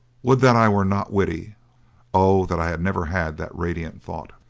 would that i were not witty oh, that i had never had that radiant thought!